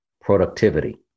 productivity